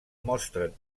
mostren